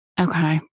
Okay